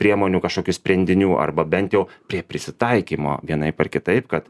priemonių kažkokių sprendinių arba bent jau prie prisitaikymo vienaip ar kitaip kad